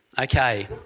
Okay